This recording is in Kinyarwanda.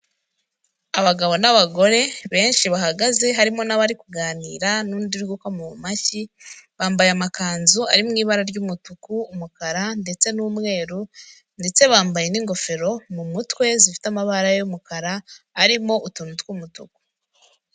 Abagabo n'abagore benshi bahagaze harimo n'abari kuganira n'undi uri gukoma mu mashyi, bambaye amakanzu ari mu ibara ry'umutuku, umukara ndetse n'umweru ndetse bambaye n'ingofero mu mutwe zifite amabara y'umukara arimo utuntu tw'umutuku.